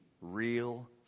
real